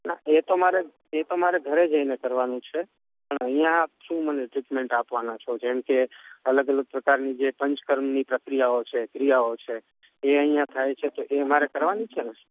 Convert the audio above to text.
ના એ તો મારે એ તો મારે ઘરે જઈને કરવાનું છે પણ અહીંયા શું મને ટ્રીટમેંટ આપવાનાં છો જેમ કે અલગ અલગ પ્રકારની જે પંચકર્મની પ્રક્રિયાઓ છે ક્રિયાઓ છે એ અહીંયા થાય છે તો એ મારે કરવાની છે ને